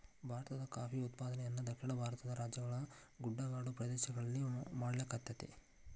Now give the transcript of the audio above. ಭಾರತದಾಗ ಕಾಫಿ ಉತ್ಪಾದನೆಯನ್ನ ದಕ್ಷಿಣ ಭಾರತದ ರಾಜ್ಯಗಳ ಗುಡ್ಡಗಾಡು ಪ್ರದೇಶಗಳಲ್ಲಿ ಮಾಡ್ಲಾಗತೇತಿ